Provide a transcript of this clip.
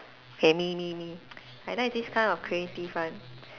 okay me me me I like this kind of creative one